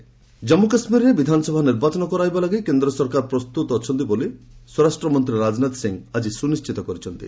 LS J and K ଜାମ୍ମୁ କାଶ୍ମୀରରେ ବିଧାନସଭା ନିର୍ବାଚନ କରାଇବା ଲାଗି କେନ୍ଦ୍ର ସରକାର ପ୍ରସ୍ତୁତ ବୋଲି ସ୍ୱରାଷ୍ଟ୍ରମନ୍ତ୍ରୀ ରାଜନାଥ ସିଂହ ଆଜି ସୁନିଶ୍ଚିତ କରିଛନ୍ତି